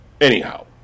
anyhow